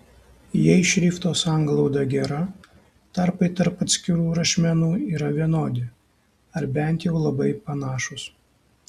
jei šrifto sanglauda gera tarpai tarp atskirų rašmenų yra vienodi ar bent jau labai panašūs